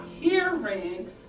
hearing